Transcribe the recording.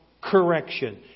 correction